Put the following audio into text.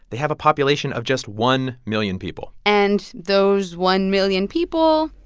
they have a population of just one million people and those one million people.